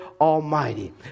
Almighty